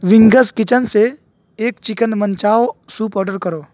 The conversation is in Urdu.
وینگز کچن سے ایک چکن منچاؤ سوپ آڈر کرو